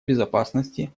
безопасности